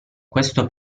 questo